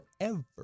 forever